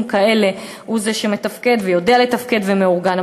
כאלה הוא זה שמתפקד ויודע לתפקד ומאורגן.